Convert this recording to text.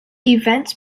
events